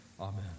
Amen